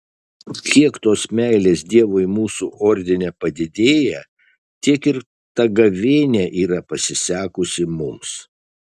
kiek tos meilės dievui mūsų ordine padidėja tiek ir ta gavėnia yra pasisekusi mums